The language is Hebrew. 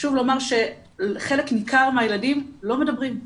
חשוב לומר שחלק ניכר מהילדים לא מדברים.